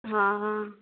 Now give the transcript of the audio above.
ହଁ ହଁ